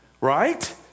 Right